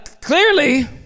Clearly